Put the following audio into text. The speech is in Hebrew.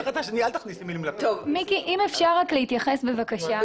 אם אפשר רק להתייחס בבקשה,